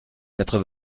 quatre